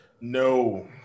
No